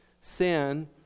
sin